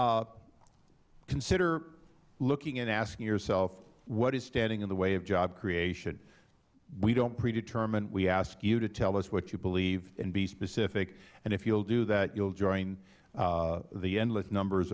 consider looking and asking yourself what is standing in the way of job creation we don't predetermine we ask you to tell us what you believe and be specific if you'll do that if you'll join the endless numbers